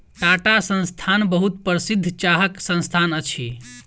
टाटा संस्थान बहुत प्रसिद्ध चाहक संस्थान अछि